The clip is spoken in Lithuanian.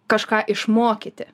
kažką išmokyti